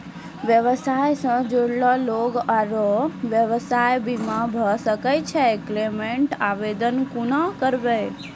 व्यवसाय सॅ जुड़ल लोक आर व्यवसायक बीमा भऽ सकैत छै? क्लेमक आवेदन कुना करवै?